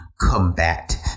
combat